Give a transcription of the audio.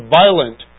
violent